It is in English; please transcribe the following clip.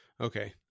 Okay